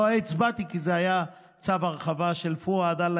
לא הצבעתי כי זה היה צו הרחבה של פואד,